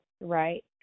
right